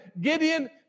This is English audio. Gideon